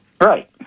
right